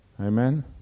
Amen